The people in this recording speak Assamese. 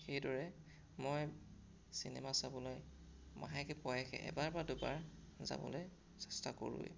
সেইদৰে মই চিনেমা চাবলৈ মাহেকে পষেকে এবাৰ বা দুবাৰ যাবলৈ চেষ্টা কৰোঁৱেই